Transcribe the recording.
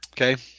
Okay